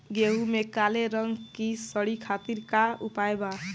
गेहूँ में काले रंग की सूड़ी खातिर का उपाय बा?